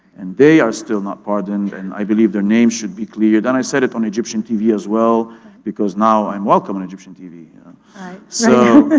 and they are still not pardoned, and i believe their names should be cleared. and i said it on egyptian tv as well because now i'm welcome on egyptian tv. ms